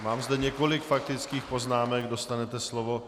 Mám zde několik faktických poznámek, dostanete slovo.